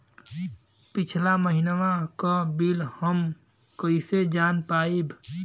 पिछला महिनवा क बिल हम कईसे जान पाइब?